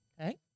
Okay